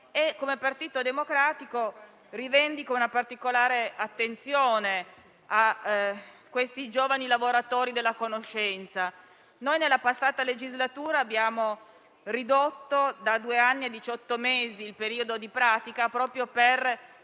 e, come Partito Democratico, rivendichiamo una particolare attenzione a questi lavoratori della conoscenza. Nella precedente legislatura abbiamo ridotto da due anni a diciotto mesi il periodo di pratica, proprio per